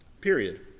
Period